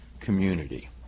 community